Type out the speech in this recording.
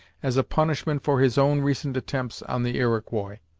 as a punishment for his own recent attempts on the iroquois.